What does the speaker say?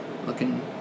looking